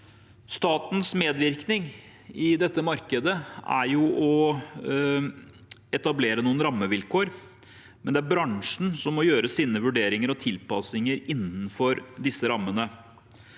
Statens medvirkning i dette markedet er å etablere noen rammevilkår, men det er bransjen som må gjøre sine vurderinger og tilpasninger innenfor disse rammene.